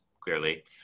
clearly